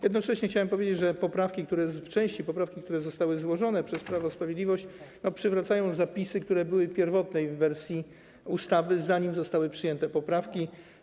Jednocześnie chciałbym powiedzieć, że w części poprawki, które zostały złożone przez Prawo i Sprawiedliwość, przywracają zapisy, które były w pierwotnej wersji ustawy, zanim zostały przyjęte poprawki.